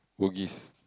Bugis